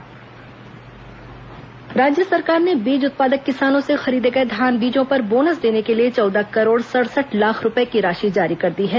धान बीज बोनस राज्य सरकार ने बीज उत्पादक किसानों से खरीदे गए धान बीजों पर बोनस देने के लिए चौदह करोड़ सड़सठ लाख रूपए की राशि जारी कर दी है